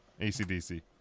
ACDC